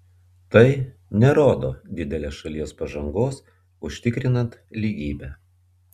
tai nerodo didelės šalies pažangos užtikrinant lygybę